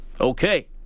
Okay